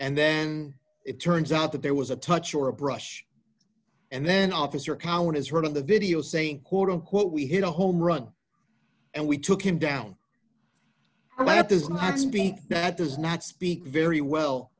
and then it turns out that there was a touch or a brush and then officer cowan is heard in the video saying quote unquote we hit a home run and we took him down and that is not something that does not speak very well